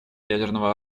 ядерного